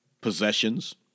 Possessions